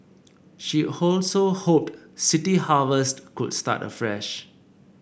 she also hoped City Harvest could start afresh